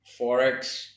Forex